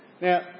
Now